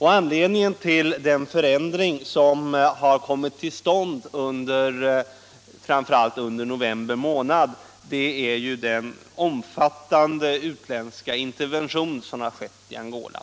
Anledningen till den förändring som har inträffat framför allt under november månad är ju den omfattande utländska intervention som har skett i Angola.